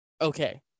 okay